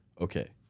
Okay